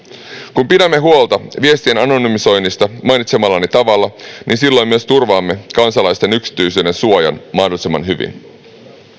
kun pidämme huolta viestien anonymisoinnista mainitsemallani tavalla silloin myös turvaamme kansalaisten yksityisyydensuojan mahdollisimman hyvin